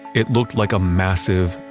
it looked like a massive,